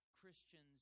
Christians